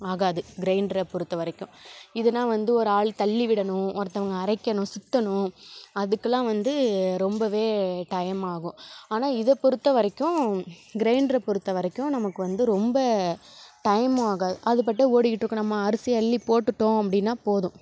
ஆகாது க்ரைண்டரை பொறுத்த வரைக்கும் இதுனா வந்து ஒரு ஆள் தள்ளி விடணும் ஒருத்தங்க அரைக்கணும் சுற்றணும் அதுக்கெல்லாம் வந்து ரொம்ப டைம் ஆகும் ஆனால் இதை பொறுத்த வரைக்கும் க்ரைண்டரை பொறுத்த வரைக்கும் நமக்கு வந்து ரொம்ப டைமும் ஆகாது அது பாட்டுக்கு ஓடிட்டு இருக்கும் நம்ம அரிசியை அள்ளி போட்டுவிட்டோம் அப்படின்னா போதும்